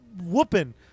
whooping